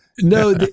No